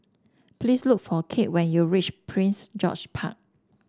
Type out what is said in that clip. please look for Cade when you reach Prince George Park